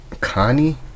Connie